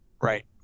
Right